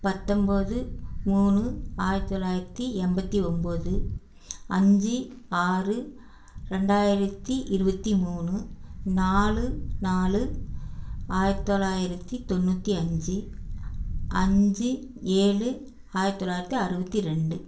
பத்தம்பது மூணு ஆயிரத்து தொள்ளாயிரத்து எண்பத்தி ஒம்பது அஞ்சு ஆறு ரெண்டாயிரத்து இருபத்தி மூணு நாலு நாலு ஆயிரத்து தொள்ளாயிரத்து தொண்ணுற்றி அஞ்சு அஞ்சு ஏழு ஆயிரத்து தொள்ளாயிரத்து அறுபத்தி ரெண்டு